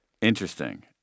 Interesting